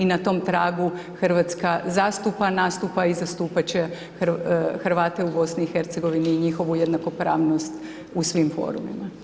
I na tom tragu Hrvatska zastupa, nastupa i zastupati će Hrvate u BiH i njihovu jednakopravnost u svim forumima.